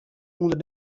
ûnder